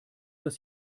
das